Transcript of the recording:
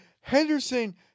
Henderson